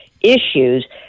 issues